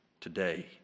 today